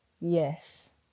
Yes